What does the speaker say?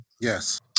Yes